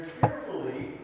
carefully